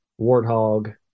warthog